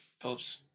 Phillips